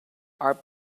are